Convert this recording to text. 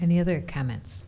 any other comments